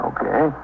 Okay